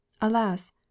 alas